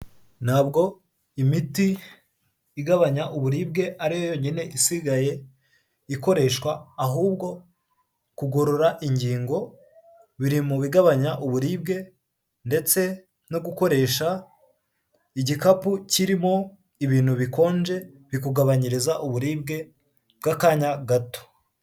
Ntabwo imiti igabanya uburibwe ariyo yonyine isigaye ikoreshwa, ahubwo kugorora ingingo biri mu bigabanya uburibwe, ndetse no gukoresha igikapu kirimo ibintu bikonje, bikugabanyiriza uburibwe bw'akanya gato.